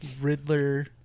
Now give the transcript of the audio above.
Riddler